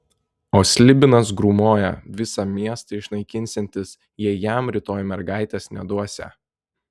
o slibinas grūmoja visą miestą išnaikinsiantis jei jam rytoj mergaitės neduosią